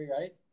right